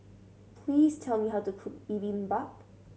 please tell me how to cook Bibimbap